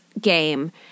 game